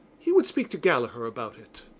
he would speak to gallaher about it.